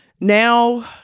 Now